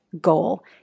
goal